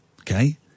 okay